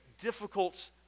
difficult